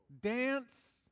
dance